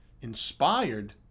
inspired